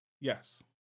Yes